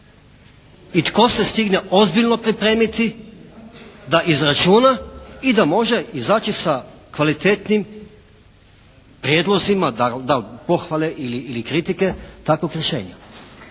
i tko se stigne ozbiljno pripremiti da izračuna i da može izaći sa kvalitetnim prijedlozima, da da pohvale ili kritike takvog rješenja.